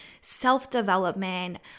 self-development